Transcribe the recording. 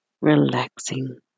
relaxing